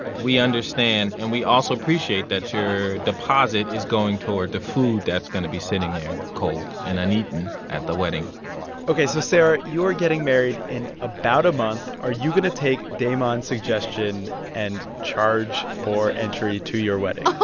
we understand, and we also appreciate that your deposit is going toward the food that's going to be sitting there cold and uneaten at the wedding ok. so, sarah, you're getting married in about a month. are you going to take damon's suggestion and charge for entry to your wedding?